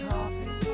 Coffee